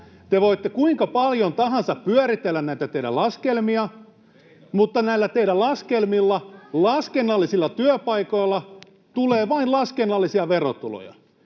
Te voitte kuinka paljon tahansa pyöritellä näitä teidän laskelmia, [Sinuhe Wallinheimo: Teidän laskelmianne!] mutta näillä teidän laskelmillanne, laskennallisilla työpaikoilla, tulee vain laskennallisia verotuloja,